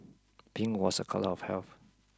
pink was a colour of health